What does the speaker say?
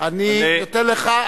אני אתן לך,